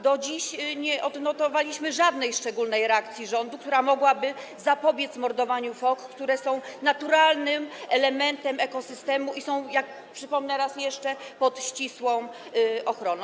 Do dziś nie odnotowaliśmy żadnej szczególnej reakcji rządu, która mogłaby zapobiec mordowaniu fok, które są naturalnym elementem ekosystemu i są, przypomnę raz jeszcze, pod ścisłą ochroną.